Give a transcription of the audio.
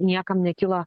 niekam nekyla